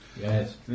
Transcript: Yes